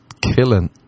killing